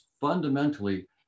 fundamentally